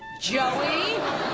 Joey